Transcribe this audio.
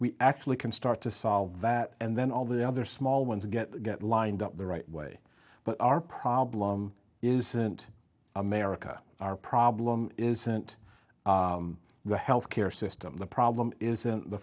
we actually can start to solve that and then all the other small ones get get lined up the right way but our problem isn't america our problem isn't the health care system the problem is